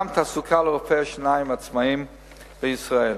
וגם תעסוקה לרופאי השיניים העצמאים בישראל.